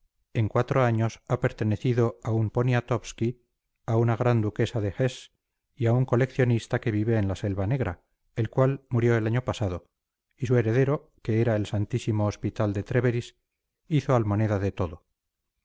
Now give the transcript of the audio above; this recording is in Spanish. en cuatro años ha pertenecido a un poniatowsky a una gran duquesa de hesse y a un coleccionista que vive en la selva negra el cual murió el año pasado y su heredero que era el santísimo hospital de tréveris hizo almoneda de todo